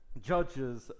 judges